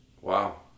Wow